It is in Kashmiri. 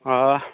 آ